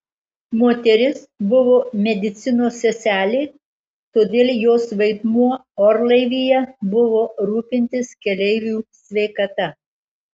moteris buvo medicinos seselė todėl jos vaidmuo orlaivyje buvo rūpintis keleivių sveikata